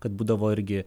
kad būdavo irgi